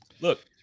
Look